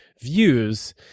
views